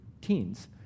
teens